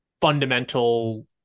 fundamental